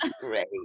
great